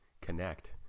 connect